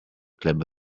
club